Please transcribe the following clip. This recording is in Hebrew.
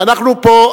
ואנחנו פה,